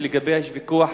שלגביה יש ויכוח